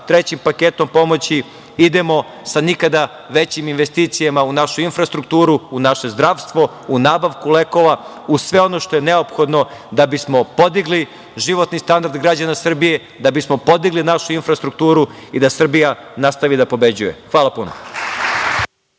trećim paketom pomoći, idemo sa nikada većim investicijama u našu infrastrukturu, u naše zdravstvo, u nabavku lekova, u sve ono što je neophodno da bismo podigli životni standard građana Srbije, da bismo podigli našu infrastrukturu i da Srbija nastavi da pobeđuje. Hvala puno.